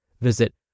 Visit